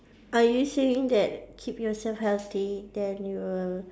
are you saying that keep yourself healthy then you will